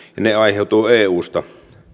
ne aiheutuvat eusta